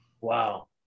Wow